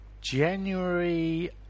January